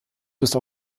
bis